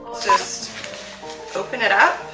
just open it up,